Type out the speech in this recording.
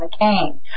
McCain